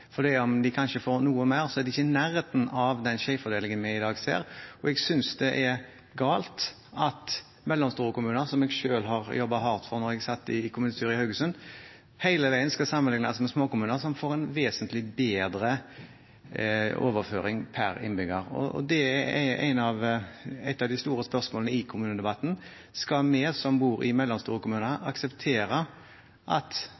Fordi om de kanskje får noe mer, er de ikke i nærheten av den skjevfordelingen vi ser i dag, og jeg synes det er galt at mellomstore kommuner, som jeg selv jobbet hardt for da jeg satt i kommunestyret i Haugesund, hele veien skal sammenlignes med små kommuner, som får en vesentlig bedre overføring per innbygger. Det er et av de store spørsmålene i kommunedebatten: Skal vi som bor i mellomstore kommuner, akseptere at